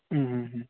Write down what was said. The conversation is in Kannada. ಹ್ಞೂ ಹ್ಞೂ ಹ್ಞೂ